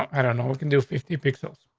i don't know what can do. fifty pixels.